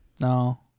No